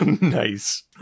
Nice